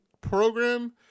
program